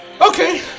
Okay